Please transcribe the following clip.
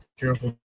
careful